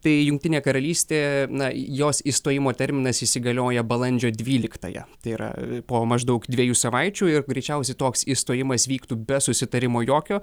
tai jungtinė karalystė na jos išstojimo terminas įsigalioja balandžio dvyliktąją tai yra po maždaug dviejų savaičių ir greičiausiai toks išstojimas vyktų be susitarimo jokio